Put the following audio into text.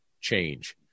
change